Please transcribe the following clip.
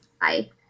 Bye